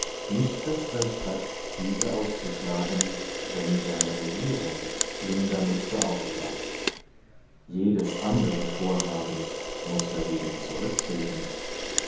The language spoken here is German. nicht das recht hat diese auszuschlagen wenn seine regierung ihn damit beauftragt jedes andere vorhaben muß dagegen zurücktreten